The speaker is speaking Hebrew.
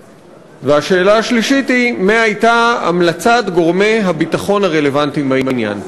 3. מה הייתה המלצת גורמי הביטחון הרלוונטיים בעניין?